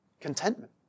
contentment